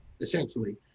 essentially